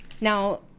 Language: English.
Now